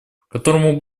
которому